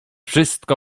wszystko